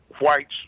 whites